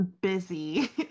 busy